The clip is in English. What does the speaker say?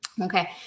Okay